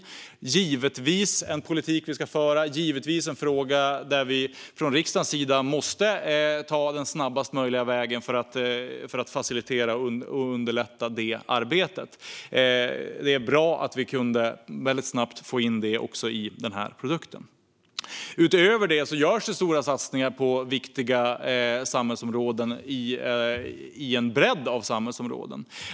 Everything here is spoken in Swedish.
Det är givetvis en sådan politik vi ska föra, och det är givetvis en fråga där vi i riksdagen måste ta den snabbast möjliga vägen för att underlätta detta arbete. Det är bra att vi väldigt snabbt kunde få in också det i den här produkten. Utöver det görs stora satsningar i en bredd av viktiga samhällsområden.